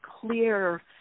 clear